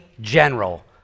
general